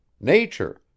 nature